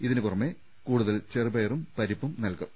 ഇതിന് പുറമെ കൂടുതൽ ചെറുപയറും പരിപ്പും നൽകും